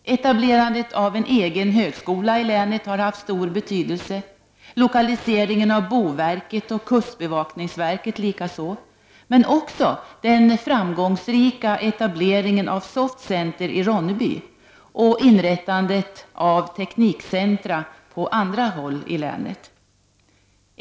Etablerandet av en egen högskola i länet har haft stor betydelse liksom lokaliseringen av boverket och kustbevakningsverket, men också den framgångsrika etableringen av Softcenter i Ronneby och inrättandet av teknikcentra på andra håll i länet.